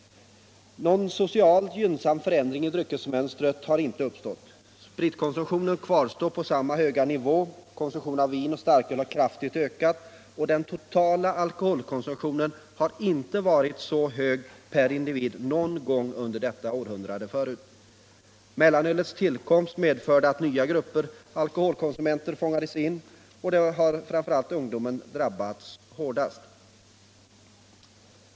Någon socialt gynnsam förändring i dryckesmönstret har inte uppstått. Spritkonsumtionen kvarstår på samma höga nivå, konsumtion av vin och starköl har kraftigt ökat, och den totala alkoholkonsumtionen har inte varit så hög per individ någon gång under detta århundrade. Mellanölets tillkomst medförde att nya grupper alkoholkonsumenter fångades in, och där har ungdomen drabbats allra hårdast.